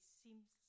seems